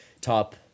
top